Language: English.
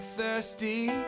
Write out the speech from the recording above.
Thirsty